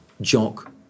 Jock